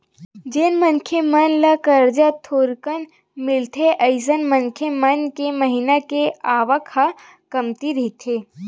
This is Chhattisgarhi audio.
जेन मनखे मन ल करजा थोरेकन मिलथे अइसन मनखे मन के महिना के आवक ह कमती रहिथे